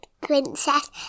princess